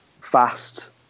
fast